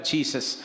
Jesus